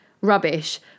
rubbish